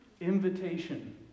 Invitation